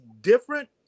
different